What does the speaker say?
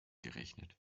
gerechnet